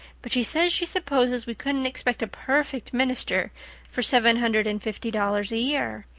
but she says she supposes we couldn't expect a perfect minister for seven hundred and fifty dollars a year,